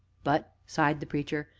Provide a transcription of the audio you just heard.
but, sighed the preacher,